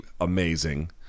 amazing